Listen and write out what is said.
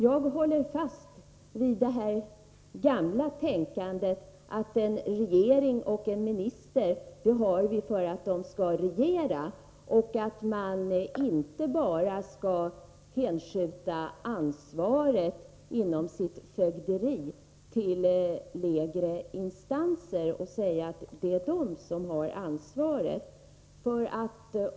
Jag håller fast vid det gamla tänkandet att vi har en regering och ministrar för att de skall regera, inte bara skjuta över ansvaret inom sitt fögderi till lägre instanser och säga att det är dessa som har ansvaret.